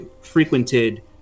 frequented